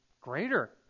greater